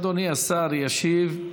אדוני השר ישיב.